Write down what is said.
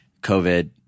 COVID